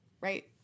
right